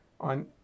on